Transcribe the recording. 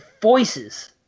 voices